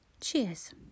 Cheers